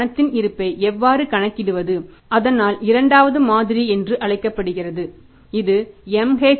பணத்தின் இருப்பை எவ்வாறு கணக்கிடுவது அதனால் இரண்டாவது மாதிரி என்று அழைக்கப்படுகிறது இது MH